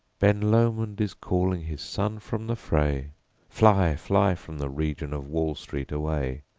ben lomond is calling his son from the fray fly, fly from the region of wall street away!